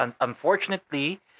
unfortunately